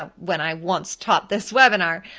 ah when i once taught this webinar,